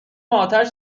آتش